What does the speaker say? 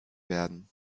werden